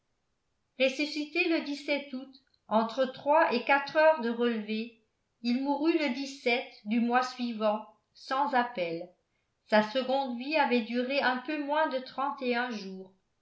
ressuscité le août entre trois et quatre heures de relevée il mourut le du mois suivant sans appel sa seconde vie avait duré un peu moins de trente et un jours